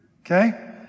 Okay